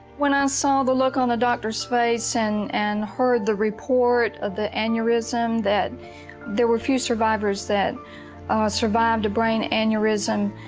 when i saw the look on the doctor's face and and heard the report of the aneurysm that there were few survivors that survived a brain aneurysm,